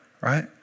right